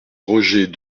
roger